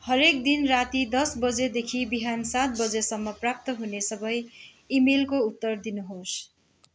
हरेक दिन राति दस बजेदेखि बिहान सात बजेसम्म प्राप्त हुने सबै इमेलको उत्तर दिनुहोस्